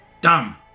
Dumb